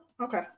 Okay